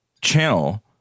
channel